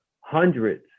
hundreds